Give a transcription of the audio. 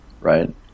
right